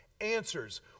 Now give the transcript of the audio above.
answers